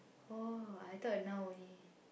oh I thought now only